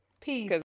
Peace